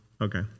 Okay